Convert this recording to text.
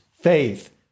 faith